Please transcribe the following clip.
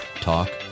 Talk